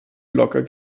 locker